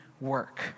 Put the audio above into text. work